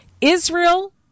Israel